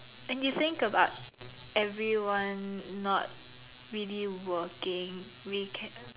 and you think about everyone not really working we can